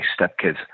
stepkids